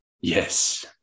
Yes